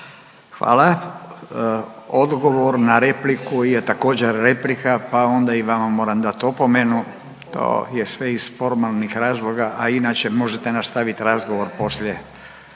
Hvala. Odgovor na repliku je također replika pa onda i vama moram dati opomenu. To je sve iz formalnih razloga, a inače možete nastavit razgovor poslije